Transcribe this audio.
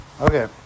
Okay